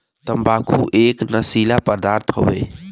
तम्बाकू एक नसीला पदार्थ हौ